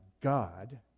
God